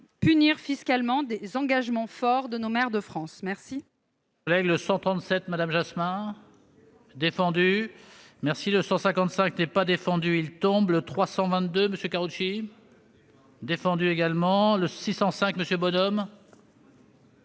punir fiscalement l'engagement fort de nos maires de France. La